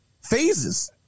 phases